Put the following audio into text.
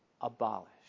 abolished